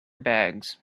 bags